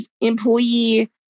employee